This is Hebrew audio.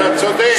אתה צודק.